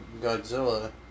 Godzilla